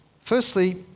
Firstly